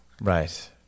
Right